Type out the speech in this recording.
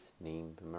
named